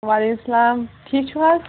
وعلیکُم اسلام ٹھیٖک چھِو حظ